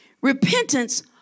repentance